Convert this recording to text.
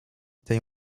tej